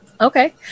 Okay